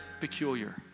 peculiar